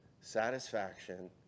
satisfaction